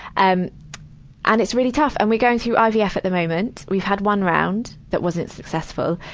and and it's really tough, and we're going through ivf at the moment. we've had one round that wasn't successful.